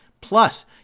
Plus